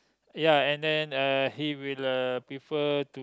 ya and then uh he will uh prefer to